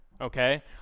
Okay